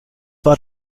war